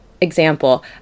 example